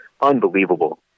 unbelievable